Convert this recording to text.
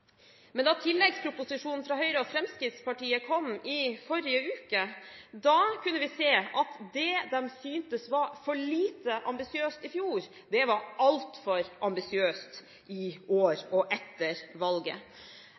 Men da tilleggsproposisjonen fra Høyre og Fremskrittspartiet kom i forrige uke, kunne vi se at det de syntes var for lite ambisiøst i fjor, var altfor ambisiøst i år – og etter valget.